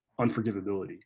unforgivability